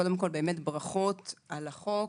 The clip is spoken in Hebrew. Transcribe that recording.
ברכות על החוק.